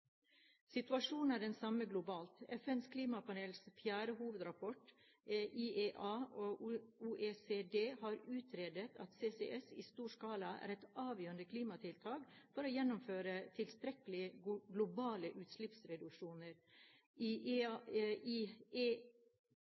Situasjonen er den samme globalt. FNs klimapanels fjerde hovedrapport, IEA og OECD har utredet at CCS i stor skala er et avgjørende klimatiltak for å gjennomføre tilstrekkelige globale utslippsreduksjoner. I IEAs CCS-veikart fra 2009 tegnes behovet for 100 fullskalarenseanlegg i